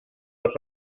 los